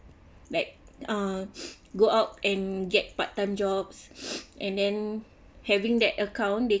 like uh go out and get part time jobs and then having that account they